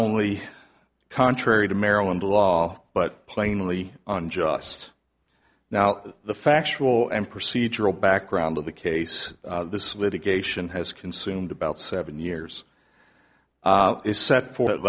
only contrary to maryland law but plainly on just now the factual and procedural background of the case this litigation has consumed about seven years is set for that